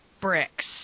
bricks